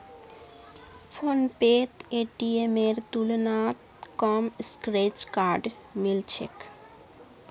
फोनपेत पेटीएमेर तुलनात कम स्क्रैच कार्ड मिल छेक